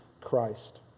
Christ